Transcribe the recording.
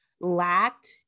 lacked